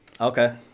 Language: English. Okay